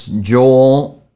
Joel